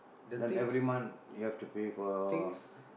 then every month you have to pay for your